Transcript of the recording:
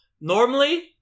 normally